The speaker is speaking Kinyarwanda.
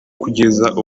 kugeza